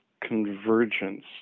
convergence